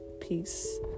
Peace